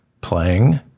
playing